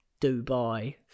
Dubai